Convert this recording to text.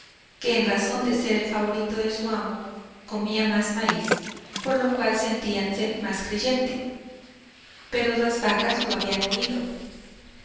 que en razón de ser el favorito de su amo comía más maíz por lo cual sentíase más creyente pero las vacas lo habían oído